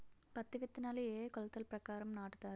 పత్తి విత్తనాలు ఏ ఏ కొలతల ప్రకారం నాటుతారు?